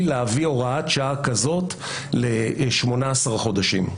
להביא הוראת שעה כזאת ל-18 חודשים.